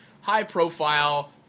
high-profile